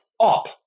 up